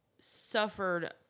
suffered